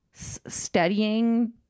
studying